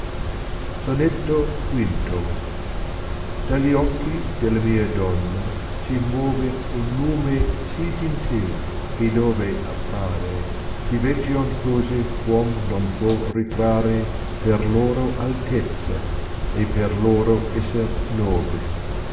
sonetto v jliagli occhi della mia donna si maore un lume sì gentil che dove appare si teggion cose eh uom non può ri tra re per loro altesza e per loro esser nove